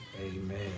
Amen